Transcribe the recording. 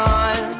on